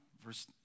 verse